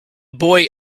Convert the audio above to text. boy